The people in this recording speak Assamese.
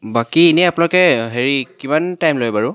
বাকী এনে আপোনালোকে হেৰি কিমান টাইম লয় বাৰু